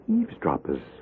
eavesdroppers